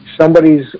Somebody's